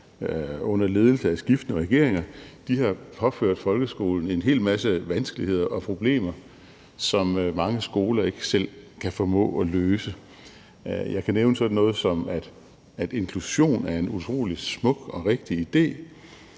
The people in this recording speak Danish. under ledelse af skiftende regeringer påført folkeskolen en hel masse vanskeligheder og problemer, som mange skoler ikke selv kan formå at løse. Jeg kan nævne sådan noget som, at inklusion er en utrolig smuk og rigtig idé,